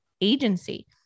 agency